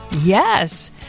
yes